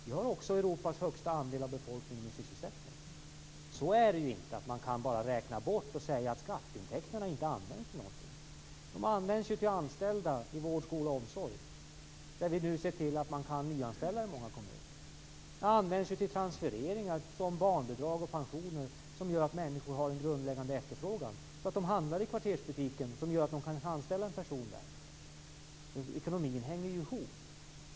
Vi har också Europas högsta andel av befolkningen i sysselsättning. Man kan inte säga att skatteintäkterna inte används till någonting. De används till anställda i vård, skola och omsorg. Vi ser nu till att många kommuner kan nyanställa. De används till transfereringar och som barnbidrag och pensioner, som gör att människor får en grundläggande efterfrågan. Det gör att de handlar i kvartersbutiken, vilket gör att butiken kan anställa en person. Ekonomin hänger ihop.